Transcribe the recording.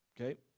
okay